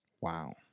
Wow